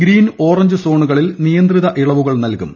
green orange സോണ്ടുകളിൽ നിയന്ത്രിത ഇളവുകൾ നൽകും